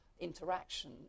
interaction